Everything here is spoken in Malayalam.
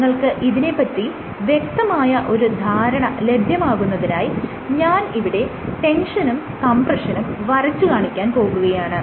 നിങ്ങൾക്ക് ഇതിനെ പറ്റി വ്യക്തമായ ഒരു ധാരണ ലഭ്യമാകുന്നതിനായി ഞാൻ ഇവിടെ ടെൻഷനും കംപ്രഷനും വരച്ചു കാണിക്കാൻ പോകുകയാണ്